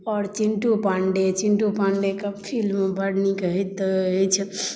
आओर चिन्टू पाण्डेय चिन्टू पाण्डेयकेँ फिल्म बड़ नीक होइत अछि